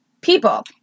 people